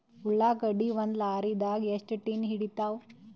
ಉಳ್ಳಾಗಡ್ಡಿ ಒಂದ ಲಾರಿದಾಗ ಎಷ್ಟ ಟನ್ ಹಿಡಿತ್ತಾವ?